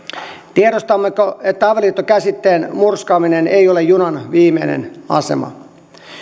tiedostammeko että avioliittokäsitteen murskaaminen ei ole junan viimeinen asema